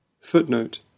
Footnote